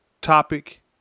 topic